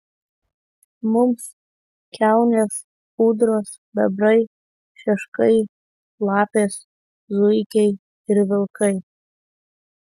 mums kiaunės ūdros bebrai šeškai lapės zuikiai ir vilkai